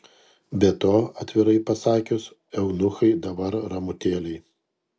be to atvirai pasakius eunuchai dabar ramutėliai